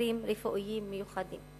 במקרים רפואיים מיוחדים.